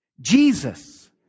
Jesus